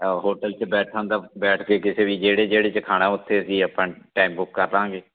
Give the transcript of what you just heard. hotel 'ਚ ਬੈਠਣ ਦਾ ਬੈਠ ਕੇ ਕਿਸੇ ਵੀ ਜਿਹੜੇ ਜਿਹੜੇ 'ਚ ਖਾਣਾ ਉੱਥੇ ਅਸੀ ਆਪਾਂ ਟਾਈਮ ਬੁੱਕ ਕਰ ਦਾਂਗੇ